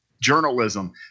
journalism